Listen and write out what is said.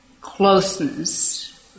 closeness